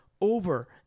Over